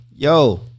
Yo